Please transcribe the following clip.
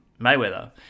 Mayweather